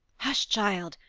hush, child!